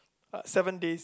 uh seven days